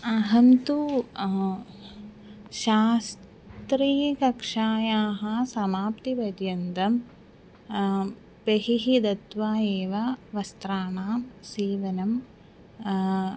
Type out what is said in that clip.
अहं तु शास्त्रीकक्षायाः समाप्तिपर्यन्तं बहिः दत्वा एव वस्त्राणां सीवनं